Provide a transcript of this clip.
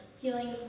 healing